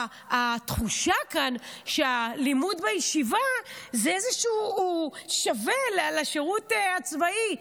התחושה כאן שהלימוד בישיבה זה איזשהו שווה ערך לשירות הצבאי.